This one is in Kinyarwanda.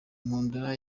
inkundura